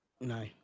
no